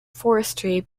forestry